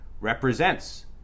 represents